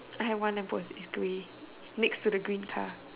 I have one I suppose its grey next to the green car